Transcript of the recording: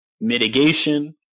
mitigation